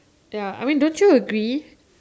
ya I mean don't you agree